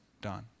done